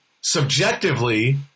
subjectively